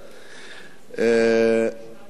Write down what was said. ידוע לכם,